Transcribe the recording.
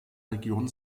region